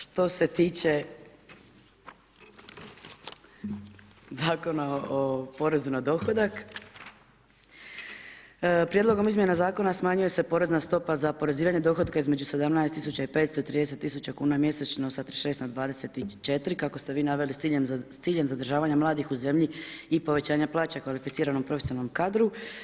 Što se tiče Zakona o porezu na dohodak, Prijedlogom izmjena Zakona smanjuje se porezna stopa za oporezivanje dohotka između 17 tisuća i 530 tisuća kuna mjesečno sa 36 na 24, kako ste vi naveli s ciljem zadržavanja mladih u zemlji i povećanja plaća kvalificiranom profesionalnom kadru.